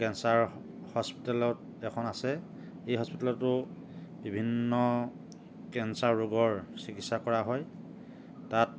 cancer হস্পিটেলত এখন আছে এই হস্পিটেলতো বিভিন্ন কেঞ্চাৰ ৰোগৰ চিকিৎসা কৰা হয় তাত